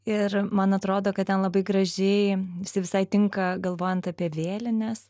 ir man atrodo kad ten labai gražiai visi visai tinka galvojant apie vėlines